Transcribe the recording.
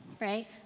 right